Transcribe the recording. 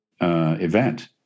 event